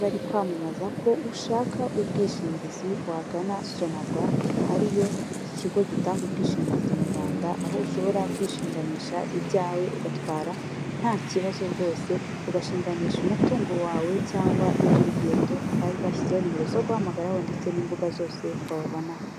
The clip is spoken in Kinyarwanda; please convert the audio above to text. bari kwamamaza ko ushaka ubwishingizi wagana sonarwa ariyo ikigo gitanga ubwishingizi mu Rwanda, aho ushobora kwishinganisha ibyawe ugatwara nta kibazo rwose, ugashinganisha umutungo wawe cyangwa iby'urugendo bashyizeho nimero zo guhamagaraho ndetse n'imbuga zose wabonaho.